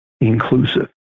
inclusive